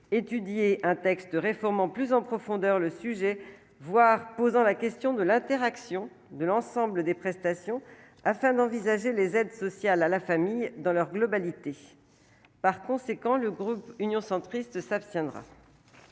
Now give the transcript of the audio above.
étudier un texte réformant plus en profondeur le sujet voire posant la question de l'interaction. De l'ensemble des prestations afin d'envisager les aides sociales à la famille dans leur globalité, par conséquent, le groupe Union centriste s'abstiendra.